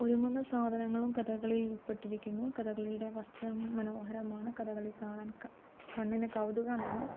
ഒരുങ്ങുന്ന സാധനങ്ങളും കഥകളിയിൽ ഉൾപ്പെട്ടിരിക്കുന്നു കഥകളിയുടെ വസ്ത്രം മനോഹരമാണ് കഥകളി കാണാൻ കണ്ണിന് കൗതുകമാണ്